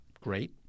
great